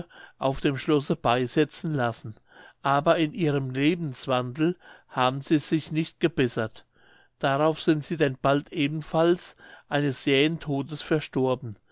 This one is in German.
auf dem schlosse beisetzen lassen aber in ihrem lebenswandel haben sie sich nicht gebessert darauf sind sie denn bald ebenfalls eines jähen todes verstorben